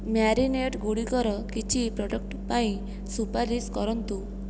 marinade ଗୁଡ଼ିକର କିଛି product ପାଇଁ ସୁପାରିଶ କରନ୍ତୁ